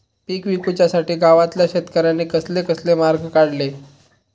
पीक विकुच्यासाठी गावातल्या शेतकऱ्यांनी कसले कसले मार्ग काढले?